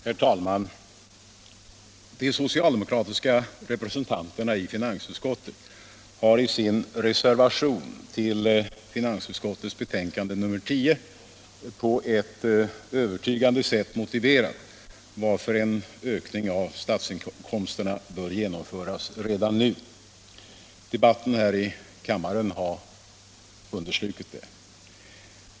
Herr talman! De socialdemokratiska representanterna i finansutskottet har i sin reservation rörande finansplanen i betänkandet nr 10 på ett övertygande sätt motiverat varför en ökning av statsinkomsterna bör genomföras redan nu. Debatten här i kammaren har understrukit detta.